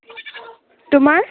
তোমাৰ